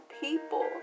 people